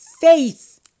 faith